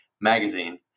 magazine